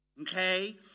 Okay